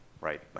right